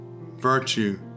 virtue